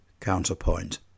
counterpoint